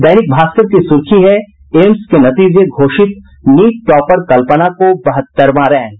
दैनिक भास्कर की सुर्खी है एम्स के नतीजे घोषित नीट टॉपर कल्पना को बहत्तरवां रैंक